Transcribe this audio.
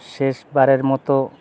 শেষ বারের মতো